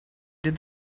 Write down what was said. did